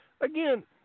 again